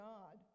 God